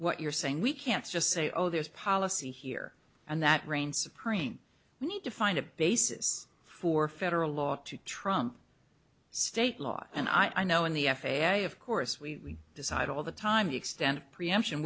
what you're saying we can't just say oh there's policy here and that reigns supreme we need to find a basis for federal law to trump state law and i know in the f a a of course we decide all the time the extent of preemption